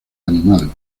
animal